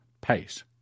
pace